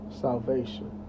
salvation